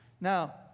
Now